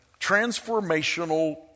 transformational